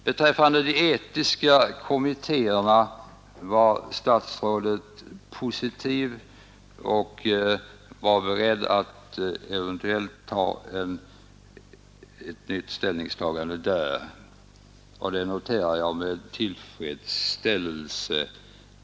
Beträffande de etiska kommittéerna var statsrådet positiv och var beredd att eventuellt ta ett nytt ställningstagande, och det noterar jag med tillfredsställelse.